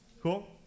Cool